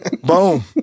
Boom